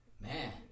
Man